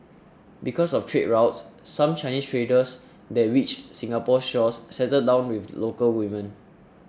because of trade routes some Chinese traders that reached Singapore's shores settled down with local women